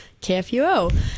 kfuo